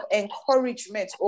encouragement